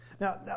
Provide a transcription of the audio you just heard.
Now